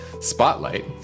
Spotlight